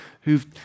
who've